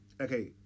Okay